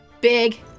big